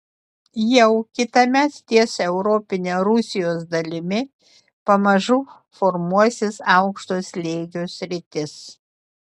jau kitąmet ties europine rusijos dalimi pamažu formuosis aukšto slėgio sritis